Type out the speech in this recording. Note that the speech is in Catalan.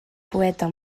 poeta